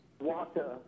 water